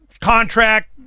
contract